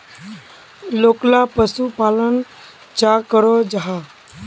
लोकला पशुपालन चाँ करो जाहा?